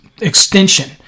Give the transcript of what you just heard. extension